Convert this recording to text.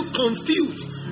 confused